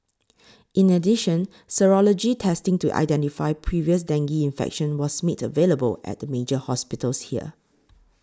in addition serology testing to identify previous dengue infection was made available at the major hospitals here